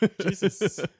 Jesus